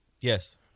Yes